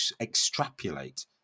extrapolate